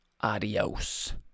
adios